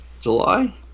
July